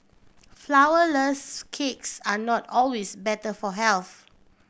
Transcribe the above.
flowerless cakes are not always better for health